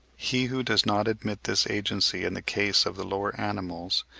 he who does not admit this agency in the case of the lower animals,